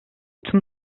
tüm